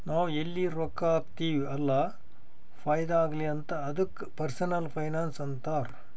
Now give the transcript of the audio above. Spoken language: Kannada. ನಾವ್ ಎಲ್ಲಿ ರೊಕ್ಕಾ ಹಾಕ್ತಿವ್ ಅಲ್ಲ ಫೈದಾ ಆಗ್ಲಿ ಅಂತ್ ಅದ್ದುಕ ಪರ್ಸನಲ್ ಫೈನಾನ್ಸ್ ಅಂತಾರ್